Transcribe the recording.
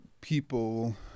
people